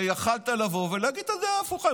יכולת לבוא ולהגיד את הדעה ההפוכה,